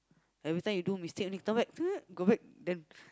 everytime you do mistake only then turn back turn back